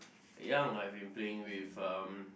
young I've been playing with um